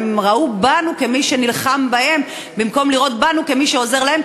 הם גם ראו בנו מי שנלחם בהם במקום לראות בנו מי שעוזר להם.